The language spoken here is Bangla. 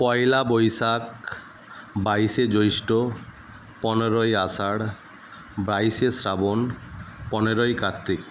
পয়লা বৈশাখ বাইশে জ্যৈষ্ঠ পনেরোই আষাঢ় বাইশে শ্রাবণ পনেরোই কার্তিক